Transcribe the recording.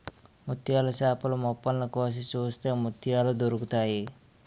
ముత్యాల చేపలు మొప్పల్ని కోసి చూస్తే ముత్యాలు దొరుకుతాయి